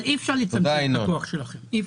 אי-אפשר לצמצם את כוח שלכם, אי-אפשר.